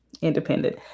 independent